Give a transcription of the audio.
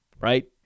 right